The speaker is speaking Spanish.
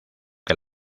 que